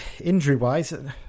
Injury-wise